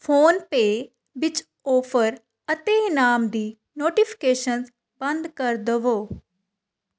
PhonePe ਵਿੱਚ offer ਅਤੇ ਇਨਾਮ ਦੀ ਨੋਟੀਫਿਕੇਸ਼ਨਸ ਬੰਦ ਕਰ ਦੇਵੋ